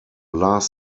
last